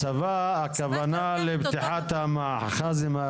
הסבה, הכוונה לפתיחת המכז"מים.